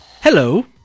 Hello